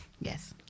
Yes